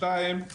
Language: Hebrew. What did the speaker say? שתיים,